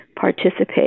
participate